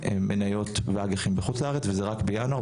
למניות ואג"חים בחוץ לארץ וזה רק בינואר,